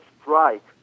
strike